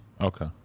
Okay